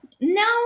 No